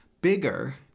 bigger